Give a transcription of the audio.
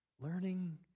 Learning